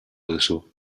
duzu